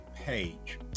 Page